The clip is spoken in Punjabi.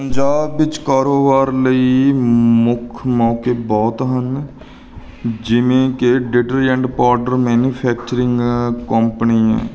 ਪੰਜਾਬ ਵਿੱਚ ਕਾਰੋਬਾਰ ਲਈ ਮੁੱਖ ਮੌਕੇ ਬਹੁਤ ਹਨ ਜਿਵੇਂ ਕਿ ਡਿਟਰਜੈਂਟ ਪਾਊਡਰ ਮੈਨੀਫੈਕਚਰਿੰਗ ਕੰਪਨੀ